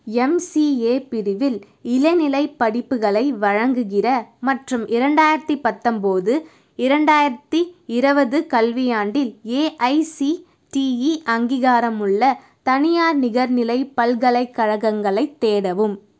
MCA பிரிவில் இளநிலைப் படிப்புகளை வழங்குகிற மற்றும் இரண்டாயிரத்தி பத்தொன்போது இரண்டாயிரத்தி இருபது கல்வியாண்டில் ஏஐசிடிஇ அங்கீகாரமுள்ள தனியார் நிகர்நிலை பல்கலைக்கழகங்களைத் தேடவும்